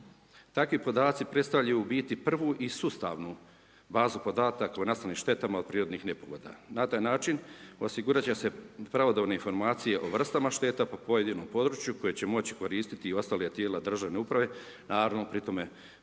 Takvi podaci predstavljaju u biti prvu i sustavnu bazu podataka u nastalim štetama od prirodnih nepogoda. Na taj način osigurat će se pravodobne informacije o vrstama šteta po pojedinom području koje će moći koristiti i ostala tijela državne uprave, naravno pri tome vodeći